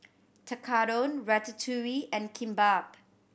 Tekkadon Ratatouille and Kimbap